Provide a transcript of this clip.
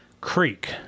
creek